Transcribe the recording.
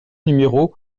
numéro